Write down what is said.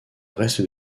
reste